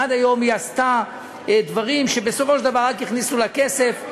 עד היום היא עשתה דברים שבסופו של דבר רק הכניסו לה כסף.